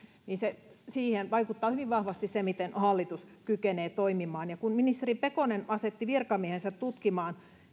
vaikuttaa hyvin vahvasti se miten hallitus kykenee toimimaan kun ministeri pekonen asetti virkamiehensä tutkimaan